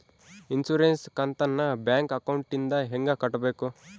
Insurance ಕಂತನ್ನ bank ಅಕೌಂಟಿಂದ ಹೆಂಗ ಕಟ್ಟಬೇಕು?